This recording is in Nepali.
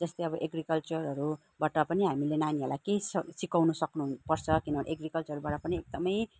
जस्तै अब एग्रिकल्चरहरूबाट पनि हामीले नानीहरूलाई केही स सिकाउनु सक्नुपर्छ किनभने एग्रिकल्चरबाट पनि एकदमै